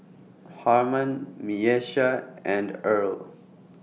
Harman Miesha and Earl